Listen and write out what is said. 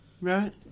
Right